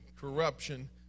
corruption